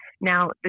Now